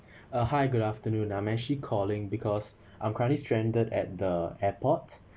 uh hi good afternoon I'm actually calling because I'm currently stranded at the airport